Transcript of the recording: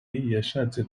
yashatse